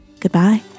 Goodbye